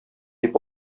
дип